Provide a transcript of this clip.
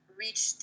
reach